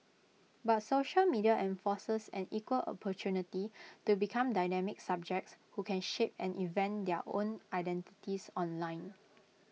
but social media enforces an equal opportunity to become dynamic subjects who can shape and invent their own identities online